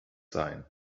sein